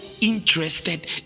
interested